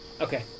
Okay